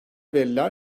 veriler